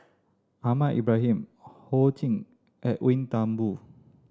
Ahmad Ibrahim Ho Ching Edwin Thumboo